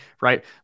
right